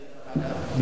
בנייה עם עתיד.